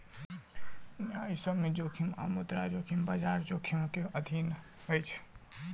न्यायसम्य जोखिम आ मुद्रा जोखिम, बजार जोखिमक अधीन अछि